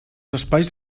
espais